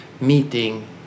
meeting